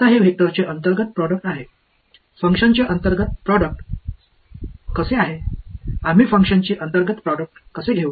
आता हे वेक्टरचे अंतर्गत प्रोडक्ट आहे फंक्शनचे अंतर्गत प्रोडक्ट कसे आहे आम्ही फंक्शन्सची अंतर्गत प्रोडक्ट कसे घेऊ